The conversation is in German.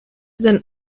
sein